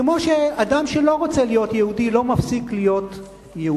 כמו שאדם שלא רוצה להיות יהודי לא מפסיק להיות יהודי.